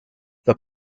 that